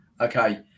Okay